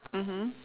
mmhmm